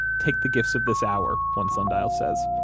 take the gifts of this hour, one sundial says.